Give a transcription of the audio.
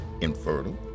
infertile